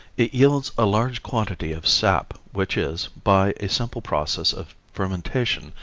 it yields a large quantity of sap which is, by a simple process of fermentation,